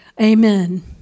Amen